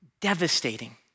devastating